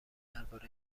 درباره